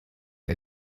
der